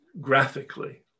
graphically